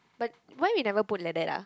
but why we never put like that ah